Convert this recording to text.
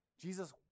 Jesus